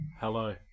hello